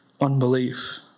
unbelief